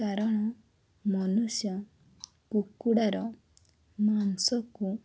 କାରଣ ମନୁଷ୍ୟ କୁକୁଡ଼ାର ମାଂସକୁ